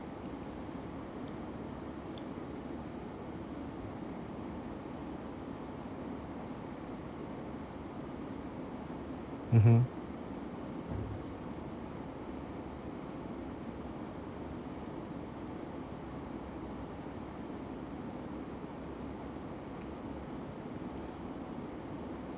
mmhmm